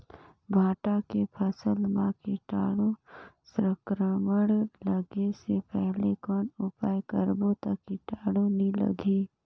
भांटा के फसल मां कीटाणु संक्रमण लगे से पहले कौन उपाय करबो ता कीटाणु नी लगही?